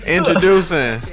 Introducing